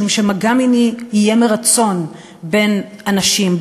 משום שמגע מיני יהיה מרצון בין אנשים,